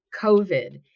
COVID